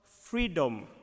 freedom